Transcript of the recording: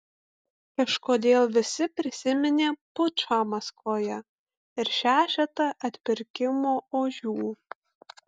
kažkodėl visi prisiminė pučą maskvoje ir šešetą atpirkimo ožių